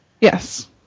Yes